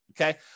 Okay